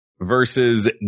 versus